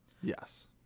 Yes